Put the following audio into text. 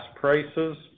prices